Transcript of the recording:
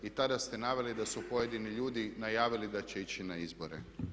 I tada ste naveli da su pojedini ljudi najavili da će ići na izbore.